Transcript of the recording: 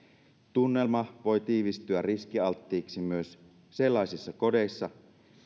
tunnelma voi tiivistyä riskialttiiksi myös sellaisissa kodeissa